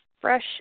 fresh